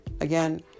again